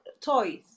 toys